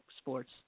sports